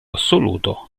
assoluto